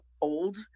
old